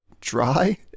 dry